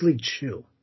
Chew